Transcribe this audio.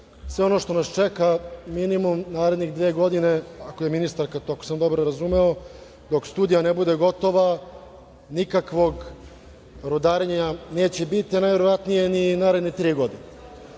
sve ono što nas čeka minimum naredne dve godine, kako je ministarka rekla, ako sam dobro razumeo, dok studija ne bude gotova, nikakvog rudarenja neće biti, najverovatnije ni naredne tri godine. Ako